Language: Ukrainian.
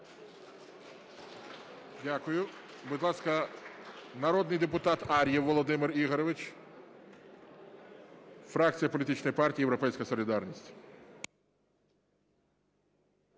Дякую. Будь ласка, народний депутат Ар'єв Володимир Ігорович, фракція політичної партії "Європейська солідарність".